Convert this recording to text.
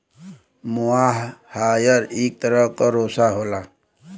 मोहायर इक तरह क रेशा होला